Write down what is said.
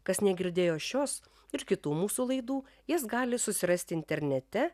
kas negirdėjo šios ir kitų mūsų laidų jas gali susirasti internete